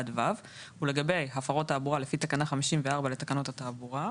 עד ו' ולגבי הפרות תעבורה לפי תקנה 54 לתקנות התעבורה,